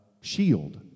shield